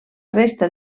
resta